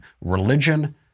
religion